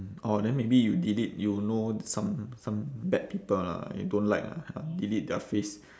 orh then maybe you delete you know some some bad people lah you don't like ah delete their face